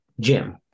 Jim